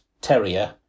Terrier